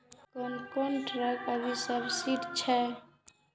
कोन कोन ट्रेक्टर अभी सब्सीडी छै?